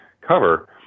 cover